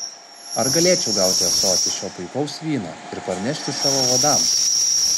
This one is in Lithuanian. ar galėčiau gauti ąsotį šio puikaus vyno ir parnešti savo vadams